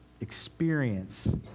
experience